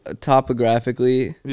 topographically